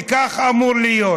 וכך הוא אמור להיות,